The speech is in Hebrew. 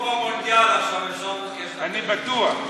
אני בטוח.